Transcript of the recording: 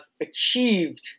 achieved